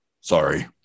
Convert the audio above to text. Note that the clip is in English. sorry